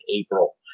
April